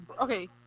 okay